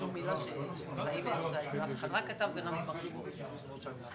אל תביאו דו"ח של 200 עמודים.